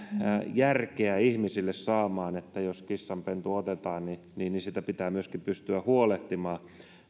järkeä ihmisille saamaan että jos kissanpentu otetaan niin niin siitä pitää pystyä myöskin huolehtimaan